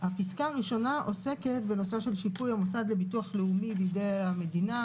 הפסקה הראשונה עוסקת בנושא של שיפוי המוסד לביטוח לאומי בידי המדינה,